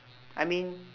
I mean